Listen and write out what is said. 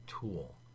tool